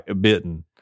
bitten